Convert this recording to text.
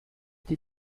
did